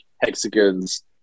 hexagons